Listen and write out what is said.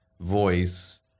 voice